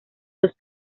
los